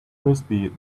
frisbee